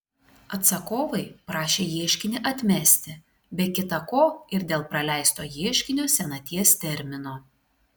atsakovai prašė ieškinį atmesti be kita ko ir dėl praleisto ieškinio senaties termino